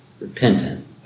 repentant